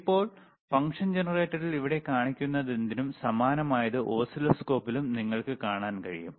ഇപ്പോൾ ഫംഗ്ഷൻ ജനറേറ്ററിൽ ഇവിടെ കാണിക്കുന്നതെന്തിനും സമാനമായത് ഓസിലോസ്കോപ്പിലും നിങ്ങൾക്ക് കാണാൻ കഴിയും